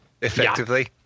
effectively